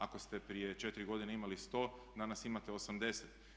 Ako ste prije 4 godine imali 100, danas imate 80.